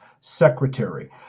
secretary